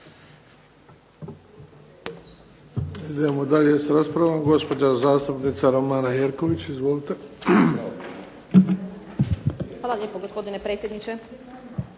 Hvala lijepa gospodine predsjedniče.